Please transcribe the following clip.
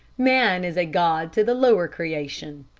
man is a god to the lower creation.